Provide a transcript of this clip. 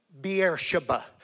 Beersheba